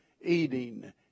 eating